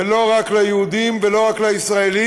ולא רק ליהודים ולא רק לישראלים,